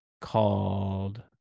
called